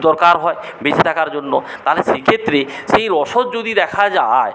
দরকার হয় বেঁচে থাকার জন্য তাহলে সেই ক্ষেত্রে সেই রসদ যদি দেখা যায়